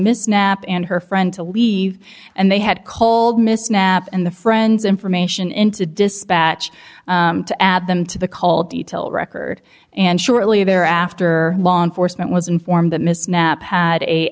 s nap and her friend to leave and they had cold mist snap and the friends information into dispatch to add them to the call detail record and shortly thereafter law enforcement was informed that miss knapp had a